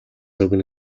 өгнө